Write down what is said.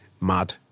mad